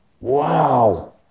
Wow